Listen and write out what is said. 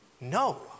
no